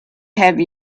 have